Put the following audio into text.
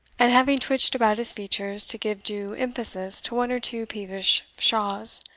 and having twitched about his features to give due emphasis to one or two peevish pshaws,